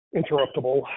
interruptible